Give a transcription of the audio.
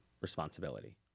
responsibility